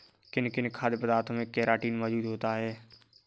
किन किन खाद्य पदार्थों में केराटिन मोजूद होता है?